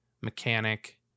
mechanic